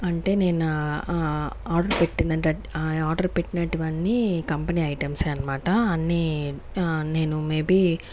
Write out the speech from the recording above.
అంటే నేనా ఆర్డర్ పెట్టింది ఆ ఆర్డర్ పెట్టినటువన్నీ కంపెనీ ఐటెమ్స్ ఏ అనమాట అన్ని నేను మేబీ